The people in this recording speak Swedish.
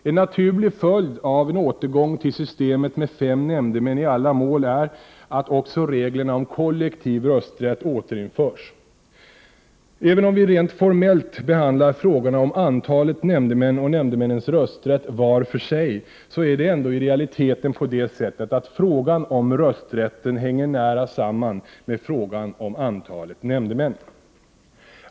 En naturlig följd av en återgång till systemet med fem nämndemän i alla mål är att också reglerna om kollektiv rösträtt återinförs. Även om vi rent formellt behandlar frågorna om antalet nämndemän och nämndemännens rösträtt var för sig, är det ändå i realiteten på det sättet att frågan om rösträtten hänger nära samman med frågan om antalet nämndemän.